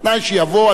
על-תנאי שיבוא,